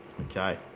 Okay